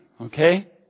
Okay